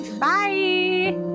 Bye